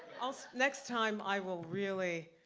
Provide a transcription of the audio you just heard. ah so next time, i will really,